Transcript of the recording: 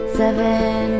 seven